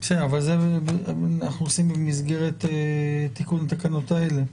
אבל את זה אנחנו עושים מסגרת תיקון התקנות האלה?